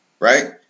right